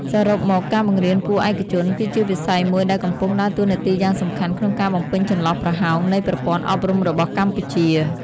សរុបមក ការបង្រៀនគួរឯកជនគឺជាវិស័យមួយដែលកំពុងដើរតួនាទីយ៉ាងសំខាន់ក្នុងការបំពេញចន្លោះប្រហោងនៃប្រព័ន្ធអប់រំរបស់កម្ពុជា។